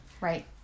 Right